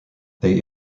they